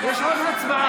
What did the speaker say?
יש עוד הצבעה.